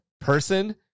person